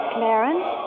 Clarence